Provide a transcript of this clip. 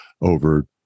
over